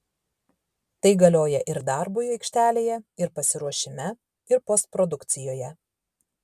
tai galioja ir darbui aikštelėje ir pasiruošime ir postprodukcijoje